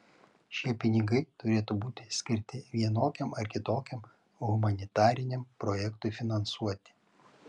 šie pinigai turėtų būti skirti vienokiam ar kitokiam humanitariniam projektui finansuoti